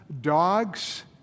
dogs